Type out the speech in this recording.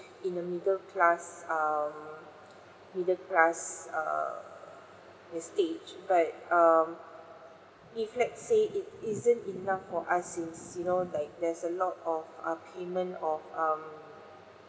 in the middle class um middle class err stage but um if let say it isn't enough for us since you know like there's a lot of uh payment of um